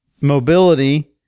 mobility